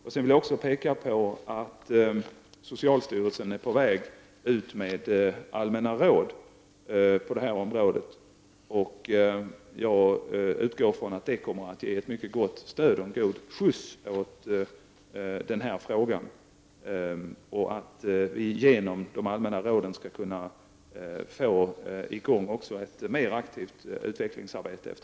Jag vill också påpeka att socialstyrelsen håller på att ge ut allmänna råd när det gäller detta område. Jag utgår ifrån att dessa kommer att ge ett mycket gott stöd och en god skjuts åt denna fråga samt att vi i efterhand genom de allmänna råden skall kunna få i gång ett mer aktivt utvecklingarbete.